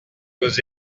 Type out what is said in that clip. aux